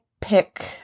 pick